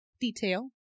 detail